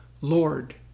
Lord